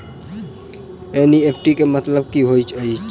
NEFT केँ मतलब की होइत अछि?